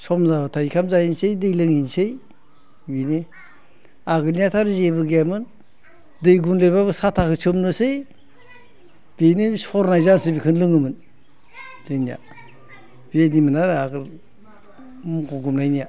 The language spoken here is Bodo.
सम जाबाथाय ओंखाम जाहैनोसै दै लोंहैनोसै बिनि आगोलनाथ' आरो जेबो गैयामोन दै गुंलेबाबो साथाखौ सोमनोसै बेनो सरनाय जानोसै बेखौनो लोङोमोन जोंनिया बेबायदिमोन आरो आगोल मोसौ गुमनायनिया